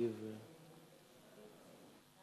(הטבות מס לקצבה),